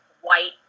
white